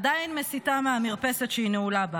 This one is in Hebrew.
עדיין מסיתה מהמרפסת שהיא נעולה בה.